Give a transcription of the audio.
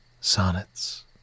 Sonnets